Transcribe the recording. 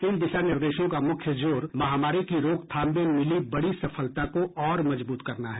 इन दिशानिर्देशों का मुख्य जोर महामारी की रोकथाम में मिली बड़ी सफलता को और मजब्रत करना है